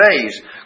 days